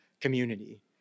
community